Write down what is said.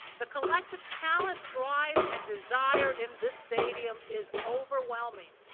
the collective talent, drive and desire in this stadium is overwhelming.